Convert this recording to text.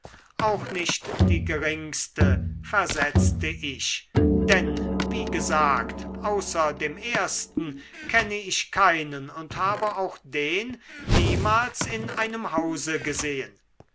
auch nicht die geringste versetzte ich denn wie gesagt außer dem ersten kenne ich keinen und habe auch den niemals in einem hause gesehen